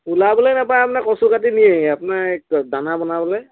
ওলাবলেই নাপায় আপোনাৰ কচু কাটি নিয়েই আপোনাৰ দানা বনাবলৈ